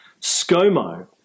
ScoMo